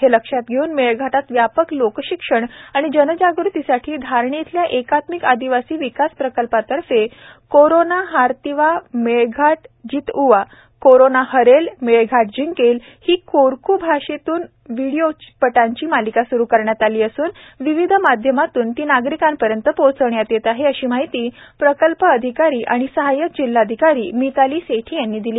हे लक्षात घेऊन मेळघाटात व्यापक लोकशिक्षण आणि जनजागृतीसाठी धारणी येथील एकात्मिक आदिवासी विकास प्रकल्पातर्फे कोरोना हारतीवा मेळघाट जिटउवा अर्थात कोरोना हरेल मेळघाट जिंकेल ही कोरकू भाषेतून व्हिडीओ पटांची मालिकाच स्रू करण्यात आली असून विविध माध्यमांतून ती नागरिकांपर्यंत पोहोचविण्यात येत आहे अशी माहिती प्रकल्प अधिकारी तथा सहायक जिल्हाधिकारी मिताली सेठी यांनी दिली